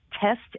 test